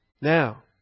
Now